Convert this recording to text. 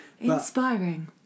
inspiring